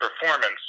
performance